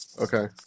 Okay